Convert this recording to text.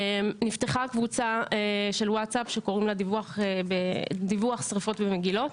נפתחה קבוצה של וואטסאפ שקוראים לה דיווח שריפות במגילות.